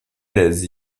l’aise